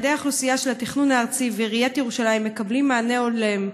יעדי האוכלוסייה של התכנון הארצי ועיריית ירושלים מקבלים מענה הולם,